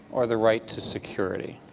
or the right to security?